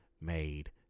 made